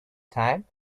time